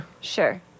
Sure